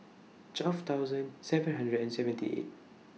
twelve thousand seven hundred and seventy eight